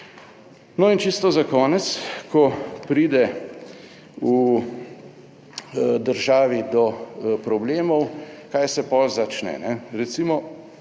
No, in čisto za konec, ko pride v državi do problemov, kaj se potem začne. Recimo,